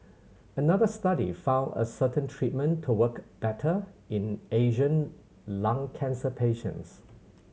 another study found a certain treatment to work better in Asian lung cancer patients